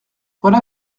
voilà